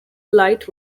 light